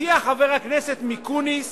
הציע חבר הכנסת מיקוניס